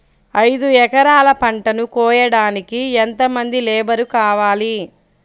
ఐదు ఎకరాల పంటను కోయడానికి యెంత మంది లేబరు కావాలి?